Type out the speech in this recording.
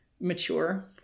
mature